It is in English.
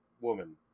woman